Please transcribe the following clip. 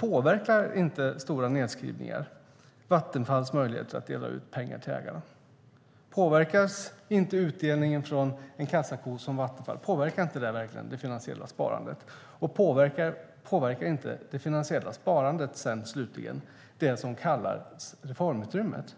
Påverkar inte stora nedskrivningar Vattenfalls möjligheter att dela ut pengar till ägarna? Påverkar verkligen inte utdelningen från en kassako som Vattenfall det finansiella sparandet? Påverkar inte det finansiella sparandet slutligen det som kallas för reformutrymmet?